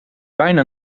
bijna